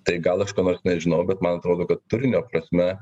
tai gal aš ko nors nežinau bet man atrodo kad turinio prasme